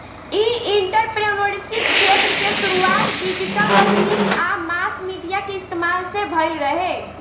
इ एंटरप्रेन्योरशिप क्षेत्र के शुरुआत डिजिटल तकनीक आ मास मीडिया के इस्तमाल से भईल रहे